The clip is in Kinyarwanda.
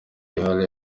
rihari